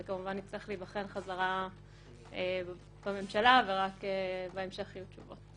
זה כמובן יצטרך להיבחן חזרה בממשלה ורק בהמשך יהיו תשובות.